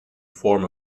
form